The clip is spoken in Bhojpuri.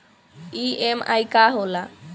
ई.एम.आई का होला?